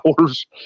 hours